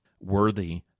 worthy